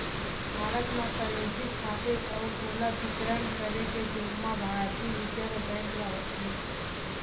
भारत म करेंसी छापे अउ ओला बितरन करे के जुम्मा भारतीय रिजर्व बेंक ल होथे